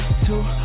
two